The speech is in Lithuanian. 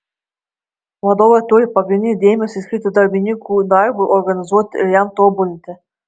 vadovai turi pagrindinį dėmesį skirti darbininkų darbui organizuoti ir jam tobulinti